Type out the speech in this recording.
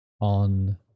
on